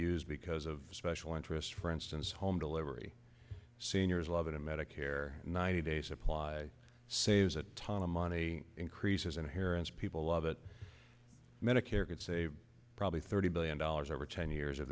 used because of special interest for instance home delivery seniors love it a medicare ninety day supply saves a ton of money increases inherence people love it medicare could save probably thirty billion dollars over ten years o